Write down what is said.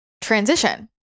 transition